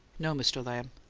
no, mr. lamb.